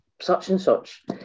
such-and-such